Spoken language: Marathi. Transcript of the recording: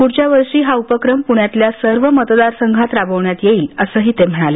पृढच्या वर्षी हा उपक्रम पृण्यातल्या सर्व मतदारसंघांत राबवण्यात येईल असं ते म्हणाले